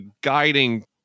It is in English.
guiding